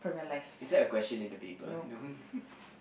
is that a question in the paper no